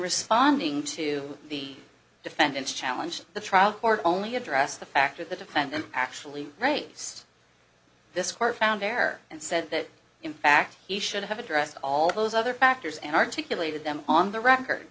responding to the defendant's challenge the trial court only addressed the fact that the defendant actually writes this court found there and said that in fact he should have addressed all those other factors and articulated them on the record